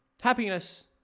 happiness